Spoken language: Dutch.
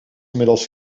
inmiddels